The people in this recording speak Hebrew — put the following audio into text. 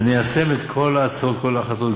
וניישם את כל ההצעות ואת כל ההחלטות,